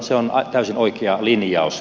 se on täysin oikea linjaus